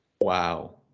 Wow